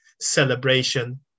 celebration